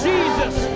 Jesus